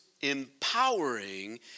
empowering